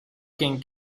quien